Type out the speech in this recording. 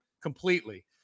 completely